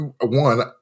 One